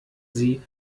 sie